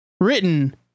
written